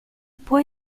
può